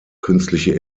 künstliche